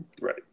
Right